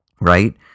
right